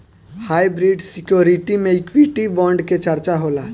hybrid security में equity bond के चर्चा होला